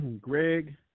Greg